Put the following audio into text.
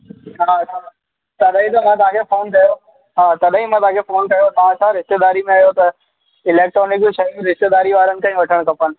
हा तॾहिं त मां तव्हां खे फ़ोन कयो हा तॾहिं त मां तव्हां खे फ़ोन कयो तव्हां छा रिश्तेदारी में आहियो त इलेक्ट्रोनिक जूं शयूं रिश्तेदारी वारीअ खां ई वठणु खपनि